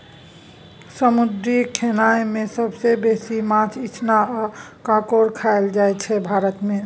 समुद्री खेनाए मे सबसँ बेसी माछ, इचना आ काँकोर खाएल जाइ छै भारत मे